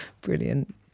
Brilliant